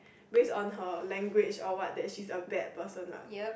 base on her language or what that she's a bad person lah